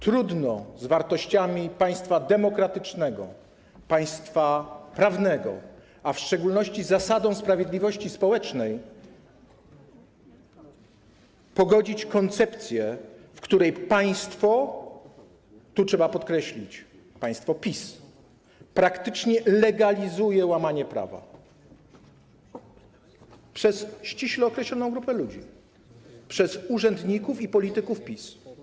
Trudno z wartościami państwa demokratycznego, państwa prawnego, a w szczególności z zasadami sprawiedliwości społecznej pogodzić koncepcję, w której państwo - tu trzeba podkreślić: państwo PiS - praktycznie legalizuje łamanie prawa przez ściśle określoną grupę ludzi, przez urzędników i polityków PiS.